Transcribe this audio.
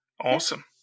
Awesome